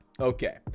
Okay